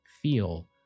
feel